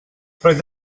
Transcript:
roedd